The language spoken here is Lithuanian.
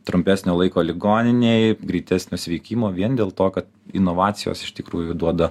trumpesnio laiko ligoninėj greitesnio sveikimo vien dėl to kad inovacijos iš tikrųjų duoda